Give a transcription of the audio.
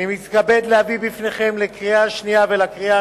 אני מתכבד להביא בפניכם לקריאה השנייה ולקריאה